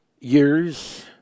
Years